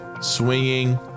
swinging